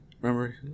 Remember